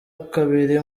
kabiri